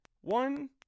One